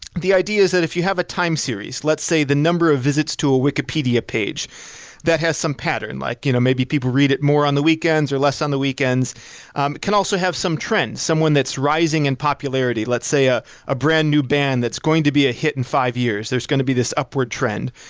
the idea is that if you have a time series, let's say the number of visits to a wikipedia page that has some pattern, like you know maybe people read it more on the weekends or less on the weekends. it um can also have some trends, someone that's rising in and popularity. let's say a a brand-new band that's going to be a hit in five years. there's going to be this upward trend.